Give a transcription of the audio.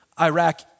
Iraq